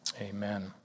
Amen